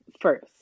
first